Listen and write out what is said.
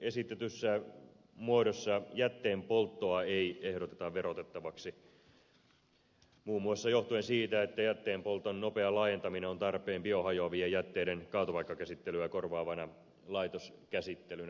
esitetyssä muodossa jätteenpolttoa ei ehdoteta verotettavaksi muun muassa johtuen siitä että jätteenpolton nopea laajentaminen on tarpeen biohajoavien jätteiden kaatopaikkakäsittelyä korvaavana laitoskäsittelynä